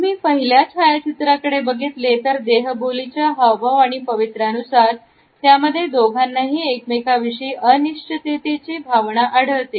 तुम्ही पहिल्या छायाचित्राकडे बघितले तर देहबोली च्या हावभाव आणि पवित्रनुसार यामध्ये दोघांनाही एकमेकांविषयी अनिश्चिततेची भावना आढळते